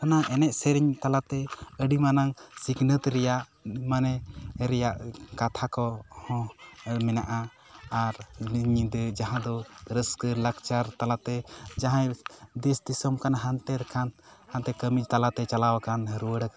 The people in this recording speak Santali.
ᱚᱱᱟ ᱮᱱᱮᱡ ᱥᱮᱨᱮᱧ ᱛᱟᱞᱟᱛᱮ ᱟᱹᱰᱤ ᱢᱟᱨᱟᱝ ᱥᱤᱠᱷᱱᱟᱹᱛᱮ ᱨᱮᱭᱟᱜ ᱢᱮᱱᱮ ᱨᱮᱭᱟᱜ ᱠᱟᱛᱷᱟ ᱠᱚᱦᱚᱸ ᱢᱮᱱᱟᱜᱼᱟ ᱟᱨ ᱡᱟᱦᱟᱸ ᱫᱚ ᱱᱤᱱ ᱧᱤᱫᱟᱹ ᱡᱟᱦᱟᱸ ᱫᱚ ᱨᱟᱹᱥᱠᱟᱹ ᱞᱟᱠᱪᱟᱨ ᱛᱟᱞᱟᱛᱮ ᱡᱟᱸᱦᱟᱭ ᱫᱮᱥ ᱫᱤᱥᱚᱢ ᱠᱟᱱ ᱦᱟᱱᱛᱮ ᱨᱮᱠᱷᱟᱱ ᱦᱟᱱᱛᱮ ᱠᱟᱹᱢᱤ ᱛᱟᱞᱟᱛᱮ ᱪᱟᱞᱟᱣ ᱟᱠᱟᱱ ᱨᱩᱭᱟᱹᱲ